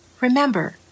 Remember